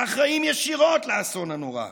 האחראים ישירות לאסון הנורא.